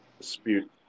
dispute